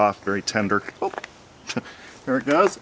off very tender or goes